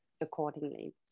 accordingly